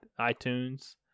iTunes